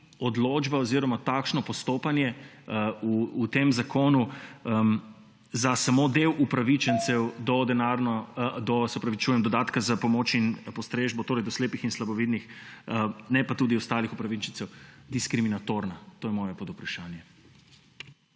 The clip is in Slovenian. odločba oziroma takšno postopanje v tem zakonu za samo del upravičencev do dodatka za pomoč in postrežbo, torej do slepih in slabovidnih, ne pa tudi ostalih upravičencev? To je moje podvprašanje.